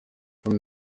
from